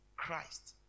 Christ